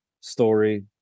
story